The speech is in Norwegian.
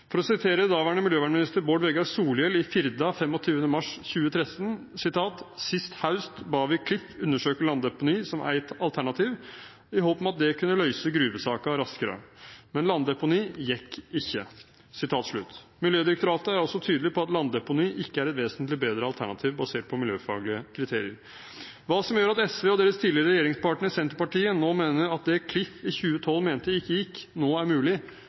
For å sitere daværende miljøvernminister Bård Vegar Solhjell i Firda den 25. mars 2013: «Sist haust bad vi Klif undersøke landdeponi som eit alternativ, i håp om at det kunne løyse gruvesaka raskare. Men landdeponi gjekk ikkje.» Miljødirektoratet er også tydelig på at landdeponi ikke er et vesentlig bedre alternativ basert på miljøfaglige kriterier. Hva som gjør at SV og deres tidligere regjeringspartner Senterpartiet nå mener at det Klif i 2012 mente ikke gikk, nå er mulig,